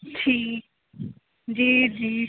ਠੀਕ ਜੀ ਜੀ